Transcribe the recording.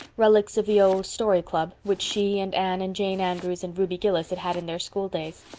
relics of the old story club, which she and anne and jane andrews and ruby gillis had had in their schooldays.